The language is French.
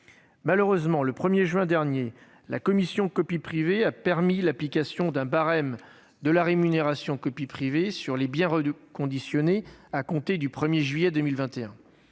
Malheureusement, le 1 juin dernier, la commission pour la rémunération de la copie privée a permis l'application d'un barème de la rémunération pour copie privée sur les biens reconditionnés à compter du 1 juillet 2021.